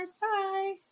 Bye